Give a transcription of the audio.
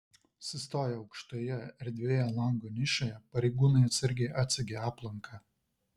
sustoję aukštoje erdvioje lango nišoje pareigūnai atsargiai atsegė aplanką